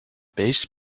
beest